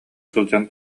сылдьан